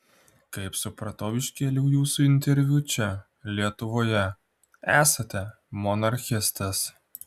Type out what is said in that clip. kaip supratau iš kelių jūsų interviu čia lietuvoje esate monarchistas